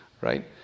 right